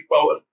power